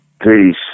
Peace